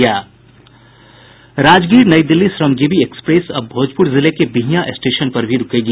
Rajgir New Delhi Shramjeevi express अब भोजपुर जिले के बिहियां स्टेशन पर भी रूकेगी